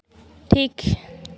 ᱴᱷᱤᱠ